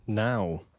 Now